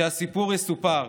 שהסיפור יסופר.